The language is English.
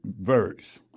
verse